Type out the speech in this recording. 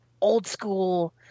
old-school